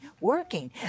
working